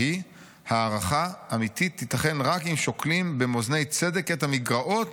והיא: 'הערכה אמיתית תיתכן רק אם שוקלים במאזני צדק את המגרעות